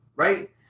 right